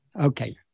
Okay